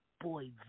Boy